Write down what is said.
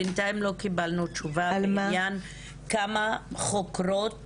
בינתיים לא קיבלנו תשובה בעניין כמה חוקרות